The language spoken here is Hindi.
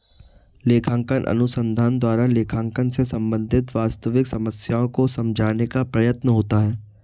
लेखांकन अनुसंधान द्वारा लेखांकन से संबंधित वास्तविक समस्याओं को समझाने का प्रयत्न होता है